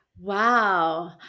Wow